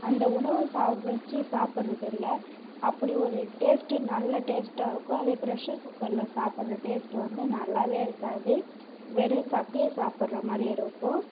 அந்த உணவை சமைச்சி சாப்பிடுறதுல அப்படி ஒரு டேஸ்ட்டு நல்ல டேஸ்ட்டாகருக்கும் அதே பிரஷர் குக்கரில் சாப்டுற டேஸ்ட்டு வந்து நல்லாவே இருக்காது வெறும் சக்கையை சாப்பிடுற மாதிரி இருக்கும்